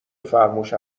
فرموش